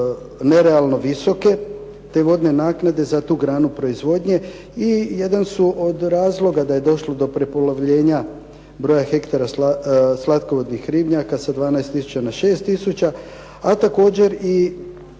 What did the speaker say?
nerealno visoke te vodne naknade za tu granu proizvodnje i jedan su od razloga da je došlo do prepolovljenja broja hektara slatkovodnih ribnjaka sa 12000 na 6000, a također i